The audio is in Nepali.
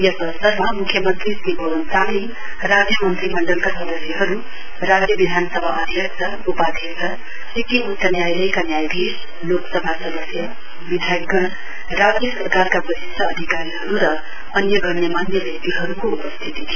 यस अवसरमा म्ख्यमन्त्री श्री पवन चामलिङ राज्य मन्त्री मण्डलका सदस्यहरु राज्य विधानसभा अध्यक्ष उपाध्यक्ष सिक्किम उच्च न्यायालयका न्यायाधीश लोकसभा सदस्य विधायकगण राज्य सरकारका वरिष्ट अधिकारीहरु र अन्य गण्यमान्य व्यक्तिहरुको उपस्थिती थियो